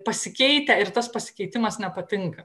pasikeitę ir tas pasikeitimas nepatinka